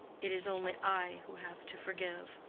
it is only i who have to forgive.